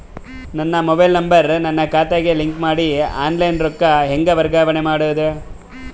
ನನ್ನ mobile number ನನ್ನ ಖಾತೆಗೆ ಲಿಂಕ್ ಮಾಡಿ ಆನ್ಲೈನ್ ರೊಕ್ಕ ಹೆಂಗ ವರ್ಗಾವಣೆ ಮಾಡೋದು?